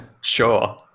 Sure